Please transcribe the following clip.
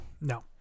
no